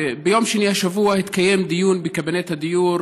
ביום שני השבוע התקיים דיון בקבינט הדיור